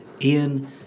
Ian